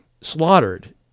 slaughtered